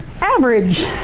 average